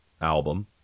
album